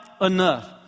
enough